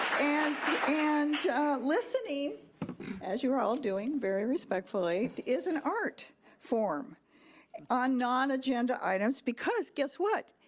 and and listening as you're all doing very respectfully is an art form on non agenda items because guess what?